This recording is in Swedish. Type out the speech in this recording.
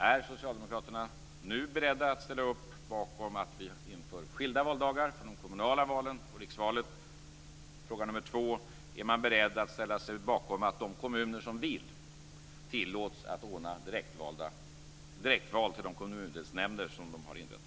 Är Socialdemokraterna nu beredda att ställa upp bakom att vi inför skilda valdagar för de kommunala valen och riksvalet? Är man beredd att ställa sig bakom att de kommuner som vill, tillåts att ordna direktval till de kommundelsnämnder som de har inrättat?